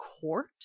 court